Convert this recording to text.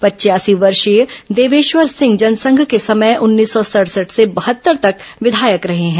पचयासी वर्षीय देवेश्वर सिंह जनसंघ के समय उन्नीस सौ सड़सठ से बहत्तर तक विधायक रहे हैं